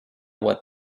what